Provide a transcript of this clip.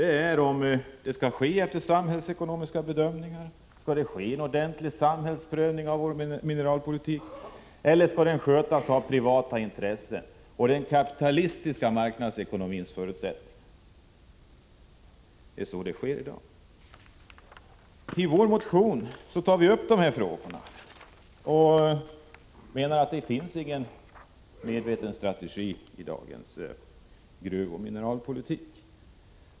Frågan är om den skall följa samhällsekonomiska bedömningar — skall det ske en ordentlig samhällsprövning av mineralpolitiken, eller skall den skötas av privata intressen på den kapitalistiska marknadsekonomins villkor? Det är så det sker i dag. I vår motion tar vi upp de här frågorna och menar att det inte finns någon medveten strategi i dagens gruvoch mineralpolitik.